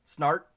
snart